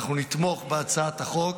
אנחנו נתמוך בהצעת החוק.